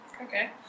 Okay